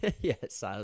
Yes